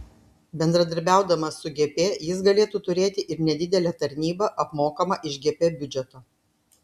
bendradarbiaudamas su gp jis galėtų turėti ir nedidelę tarnybą apmokamą iš gp biudžeto